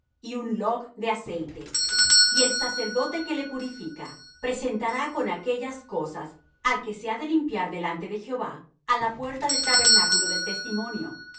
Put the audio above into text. y un log de aceite y el sacerdote que le purifica presentará con aquellas cosas al que se ha de limpiar delante de jehová á la puerta del tabernáculo del testimonio y